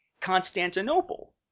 Constantinople